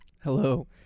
Hello